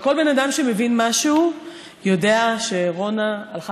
כל בן אדם שמבין משהו יודע שרונה הלכה